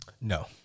No